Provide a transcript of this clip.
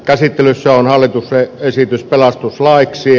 käsittelyssä on hallituksen esitys pelastuslaiksi